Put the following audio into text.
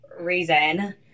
reason